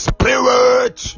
Spirit